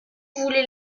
voulez